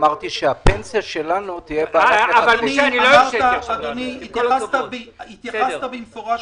אמרתי שהפנסיה שלנו תהיה -- התייחסת במפורש